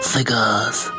Cigars